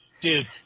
Dude